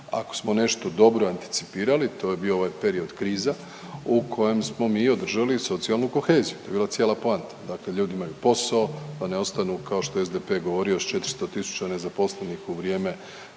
ako smo nešto dobro anticipirali to je bio ovaj period kriza u kojem smo mi održali socijalnu koheziju. To je bila cijela poanta. Dakle, ljudi imaju posao da ne ostanu kao što je SDP govorio s 400 tisuća nezaposlenih u vrijeme